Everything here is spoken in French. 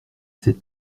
cet